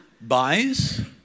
buys